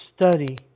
study